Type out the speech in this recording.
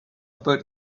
about